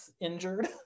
injured